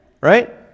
Right